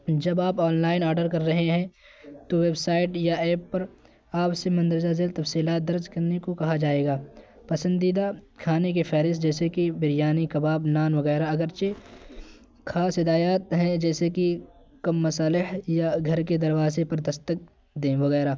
جب آپ online order کر رہے ہیں تو ویبسائٹ یا ایپ پر آپ سے مندرجہ ذیل تفصیلات درج کرنے کو کہا جائے گا پسندیدہ کھانے کی فہرست جیسے کہ بریانی کباب نان وغیرہ اگرچہ خاص ہدایات ہیں جیسے کہ کم مصالحے یا گھر کے دروازے پر دستک دیں وغیرہ